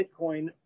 Bitcoin